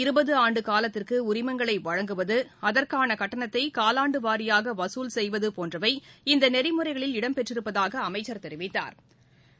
இருபது ஆண்டுகாலத்திற்கு உரிமங்களை வழங்குவது அதற்கான கட்டணத்தை காலாண்டுவாரியாக வசூல் செய்வது போன்றவை இந்த நெறிமுறைகளில் இடம் பெற்றிருப்பதாக அமைச்சா் தெரிவித்தாா்